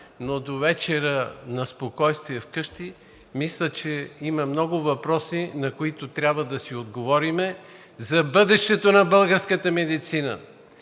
но довечера на спокойствие вкъщи. Мисля, че има много въпроси, на които трябва да си отговорим за бъдещето на българската медицина,